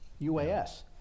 UAS